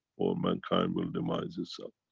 or mankind will demise itself